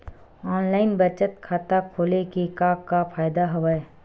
online बचत खाता खोले के का का फ़ायदा हवय